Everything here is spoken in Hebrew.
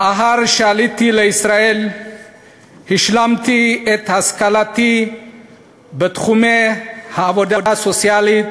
לאחר שעליתי לישראל השלמתי את השכלתי בתחומי העבודה הסוציאלית,